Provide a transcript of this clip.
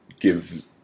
give